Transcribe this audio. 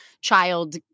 child